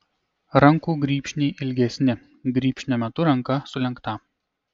rankų grybšniai ilgesni grybšnio metu ranka sulenkta